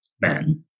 men